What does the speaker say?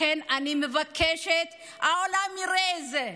לכן אני מבקשת שהעולם יראה זה.